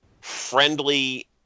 friendly